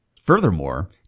Furthermore